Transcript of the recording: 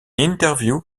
interview